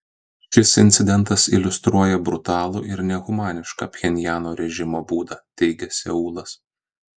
šis incidentas iliustruoja brutalų ir nehumanišką pchenjano režimo būdą teigia seulas